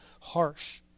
harsh